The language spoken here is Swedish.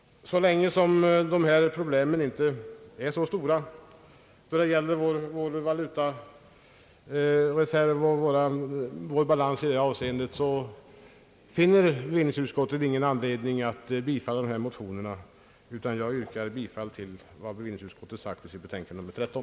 Så länge problemen när det gäller vår valutareserv och betalningsbalans inte är större än för närvarande, finner bevillningsutskottet ingen anledning att tillstyrka motionerna, utan jag yrkar bifall till vad bevillningsutskottet hemställt i sitt betänkande nr 13.